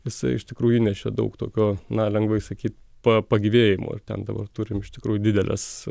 jisai iš tikrųjų įnešė daug tokio na lengvai sakyt pa pagyvėjimo ten dabar turim iš tikrųjų dideles